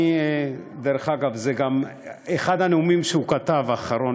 דרך אגב, זה אחד הנאומים שהוא כתב, האחרון